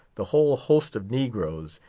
the whole host of negroes,